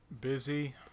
busy